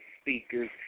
speakers